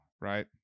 Right